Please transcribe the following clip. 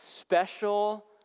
special